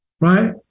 Right